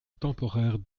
temporaire